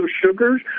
sugars